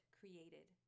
created